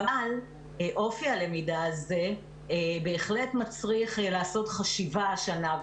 אבל אופי הלמידה הזה בהחלט מצריך לעשות חשיבה השנה.